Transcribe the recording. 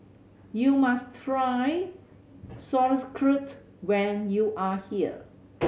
you must try Sauerkraut when you are here